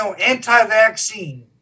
anti-vaccine